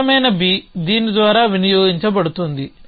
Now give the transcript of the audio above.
స్పష్టమైన B దీని ద్వారా వినియోగించబడుతుంది